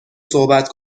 صحبت